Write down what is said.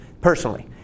Personally